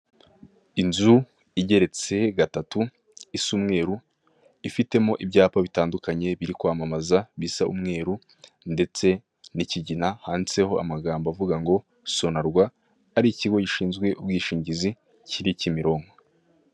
Inzu igeretse gatatu, isa umweru, ifitemo ibyapa bitandukanye biri kwamamaza, bisa umweru ndetse n'ikigina, handitseho amagambo avuga ngo " Sonarwa", ari ikigo gishinzwe ubwishingizi, kiri Kimironko.